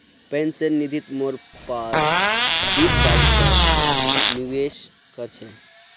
pension निधित मोर बाप बीस साल स निवेश कर छ